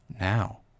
Now